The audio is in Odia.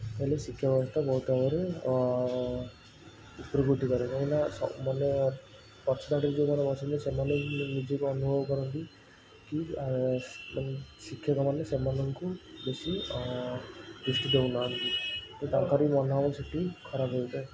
ତା'ହେଲେ ଶିକ୍ଷା ବ୍ୟବସ୍ଥା ବହୁତ ଭଲରେ ଉପରକୁ ଉଠିପାରିବ କାହିଁକିନା ମାନେ ପଛ ଧାଡ଼ିରେ ଯେଉଁମାନେ ବସନ୍ତି ସେମାନେ ନିଜକୁ ଅନୁଭବ କରନ୍ତି କି ଶିକ୍ଷକମାନେ ସେମାନଙ୍କୁ ବେଶି ଦ୍ରୁଷ୍ଟି ଦେଉନାହାନ୍ତି କି ତାଙ୍କର ବି ମନୋଭାବ ସେଠି ଖରାପ ହୋଇଥାଏ